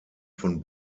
von